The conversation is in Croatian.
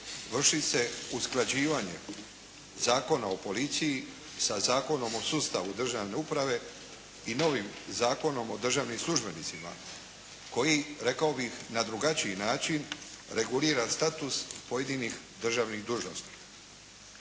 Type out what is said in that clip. vrši se usklađivanje Zakona o policiji sa Zakonom o sustavu državne uprave i novim Zakonom o državnim službenicima koji rekao bih na drugačiji način regulirat status pojedinih državnih dužnosnika.